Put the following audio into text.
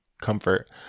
comfort